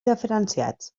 diferenciats